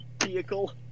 vehicle